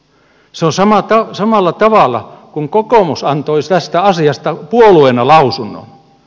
se on samalla tavalla kun kokoomus antoi tästä asiasta puolueena lausunnon